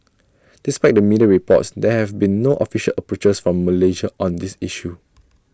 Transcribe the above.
despite the media reports there have been no official approaches from Malaysia on this issue